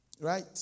right